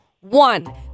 one